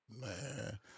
man